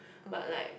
but like